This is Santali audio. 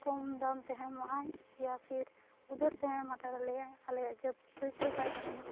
ᱠᱚᱢ ᱫᱟᱢᱛᱮᱦᱚᱸ ᱦᱮᱢᱚᱜᱼᱟᱭ ᱭᱟ ᱯᱷᱤᱨ ᱩᱫᱷᱟᱹᱨᱛᱮᱦᱚᱸᱭ ᱮᱢᱦᱟᱛᱟᱲ ᱟᱞᱮᱭᱟᱭ ᱟᱞᱮᱭᱟᱜ ᱡᱚᱵᱽ ᱯᱩᱭᱥᱟᱹ ᱵᱟᱭ ᱛᱟᱦᱮᱱᱟ